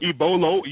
Ebola